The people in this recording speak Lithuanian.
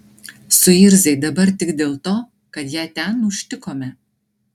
suirzai dabar tik dėl to kad ją ten užtikome